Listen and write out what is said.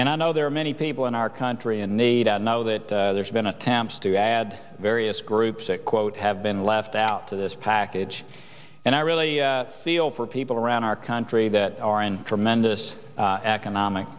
and i know there are many people in our country in need i know that there's been attempts to add various groups that quote have been left out to this package and i really feel for people around our country that are in tremendous economic